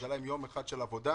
אז היה להם יום אחד של עבודה.